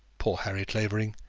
poor harry clavering!